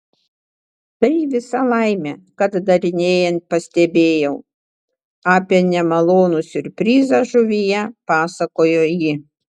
tai visa laimė kad darinėjant pastebėjau apie nemalonų siurprizą žuvyje pasakojo ji